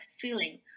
feeling